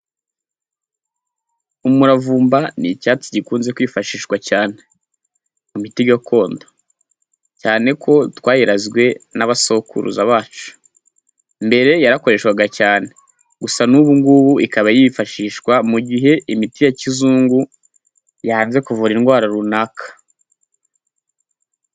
Umuravumba ni icyatsi gikunze kwifashishwa cyane mu miti gakondo, cyane ko twayirazwe n'abasokuruza bacu, mbere yarakoreshwaga cyane gusa n'ubu ngubu ikaba yifashishwa mu gihe imiti ya kizungu yanze kuvura indwara runaka.